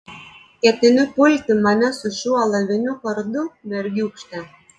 ketini pulti mane su šiuo alaviniu kardu mergiūkšte